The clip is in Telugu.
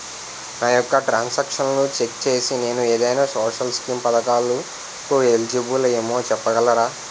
నా యెక్క ట్రాన్స్ ఆక్షన్లను చెక్ చేసి నేను ఏదైనా సోషల్ స్కీం పథకాలు కు ఎలిజిబుల్ ఏమో చెప్పగలరా?